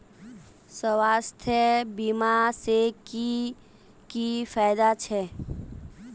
स्वास्थ्य बीमा से की की फायदा छे?